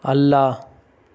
ಅಲ್ಲ